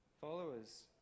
followers